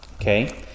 Okay